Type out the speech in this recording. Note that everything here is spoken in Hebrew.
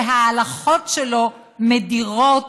שההלכות שלו מדירות